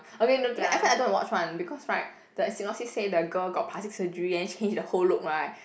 okay no because at first i don't watch one because right the synopsis say the girl got plastic surgery and change the whole look right